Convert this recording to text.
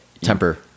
temper